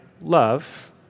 love